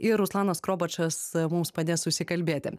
ir ruslanas krobačas mums padės susikalbėti